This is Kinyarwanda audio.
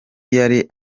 yari